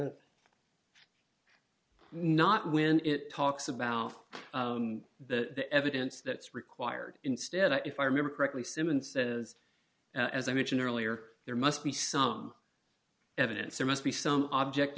the not when it talks about the evidence that's required instead of if i remember correctly simmons says as i mentioned earlier there must be some evidence there must be some object